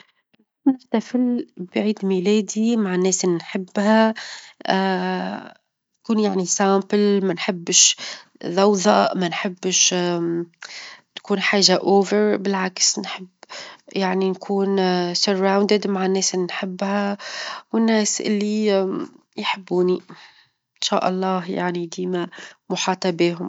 نحب نحتفل بعيد ميلادي مع الناس اللي نحبها تكون يعني بسيطة، منحبش ظوظاء، منحبش تكون حاجة زيادة، بالعكس نحب يعني نكون محاطين مع الناس اللي نحبها، والناس اللي يحبوني، إن شاء الله يعني ديما محاطة بيهم.